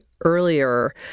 earlier